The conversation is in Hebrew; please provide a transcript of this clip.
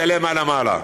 תעלה מעלה-מעלה,